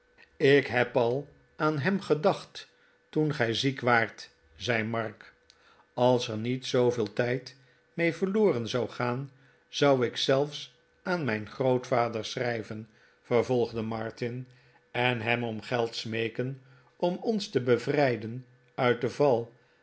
ik heb al aan hem gedacht toen gij ziek waart zei mark als er niet zooveel tijd mee verloren zou gaan zou ik zelfs aan mijn grootvader schrijven vervolgde martin n en hem om geld smeeken om ons te bevrijden uit den val